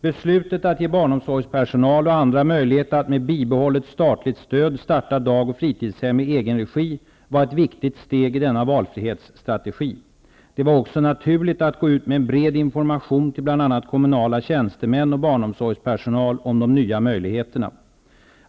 Beslutet att ge barnomsorgspersonal och andra möjlighet att med bibehållet statligt stöd starta dagoch fritidshem i egen regi var ett viktigt steg i denna valfrihetsstrategi. Det var också naturligt att gå ut med en bred information till bl.a. kom munala tjänstemän och barnomsorgspersonal om de nya möjligheterna.